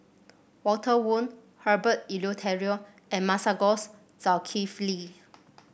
Walter Woon Herbert Eleuterio and Masagos Zulkifli